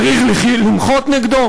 צריך למחות נגדו?